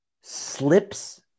slips